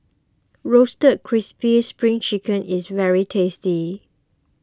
Roasted Crispy Spring Chicken is very tasty